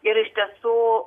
ir iš tiesų